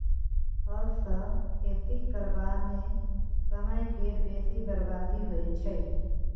हल सँ खेती करबा मे समय केर बेसी बरबादी होइ छै